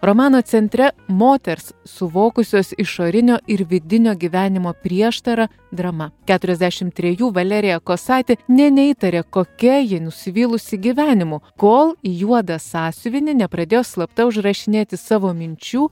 romano centre moters suvokusios išorinio ir vidinio gyvenimo prieštarą drama keturiasdešimt trejų valerija kosaitė nė neįtarė kokia ji nusivylusi gyvenimu kol į juodą sąsiuvinį nepradėjo slapta užrašinėti savo minčių